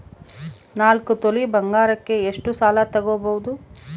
ನಾಲ್ಕು ತೊಲಿ ಬಂಗಾರಕ್ಕೆ ಎಷ್ಟು ಸಾಲ ತಗಬೋದು?